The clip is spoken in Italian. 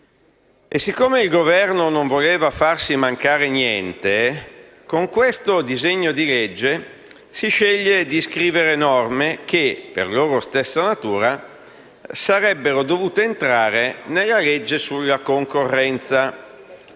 E siccome il Governo non voleva farsi mancare niente, con il disegno di legge in discussione si sceglie di scrivere norme che, per loro stessa natura, sarebbero dovute entrare nella legge sulla concorrenza.